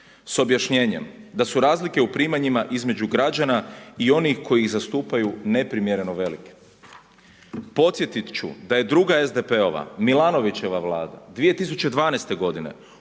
s objašnjenjem da su razlike u primanjima između građana i onih koji ih zastupaju neprimjereno velike. Podsjetit ću da je druga SDP-ova Milanovićeva vlada, 2012. godine